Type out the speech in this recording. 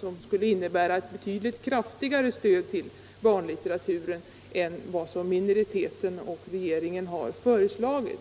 som skulle innebära ett kraftigare stöd till barnlitteraturen framöver än minoriteten och regeringen har föreslagit.